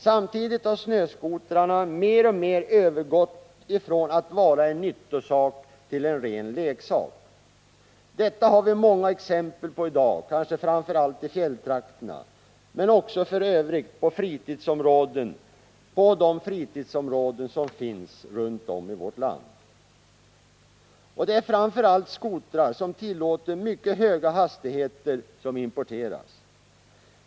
Samtidigt har snöskotrarna mer och mer övergått från att vara en nyttosak till att bli en ren leksak. Detta har vi många exempel på i dag, kanske framför allt i fjälltrakterna, men också i de fritidsområden som finns runt om i vårt land. Det är framför allt skotrar som tillåter mycket höga hastigheter som importeras.